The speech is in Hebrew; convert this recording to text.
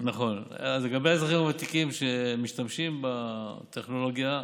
לגבי האזרחים הוותיקים שמשתמשים בטכנולוגיה,